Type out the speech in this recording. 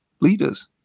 leaders